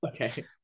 Okay